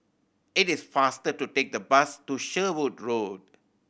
it is faster to take the bus to Sherwood Road